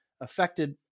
affected